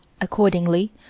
Accordingly